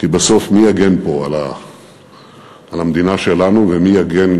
כי בסוף, מי יגן פה על המדינה שלנו ומי יגן